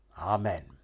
Amen